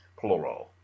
plural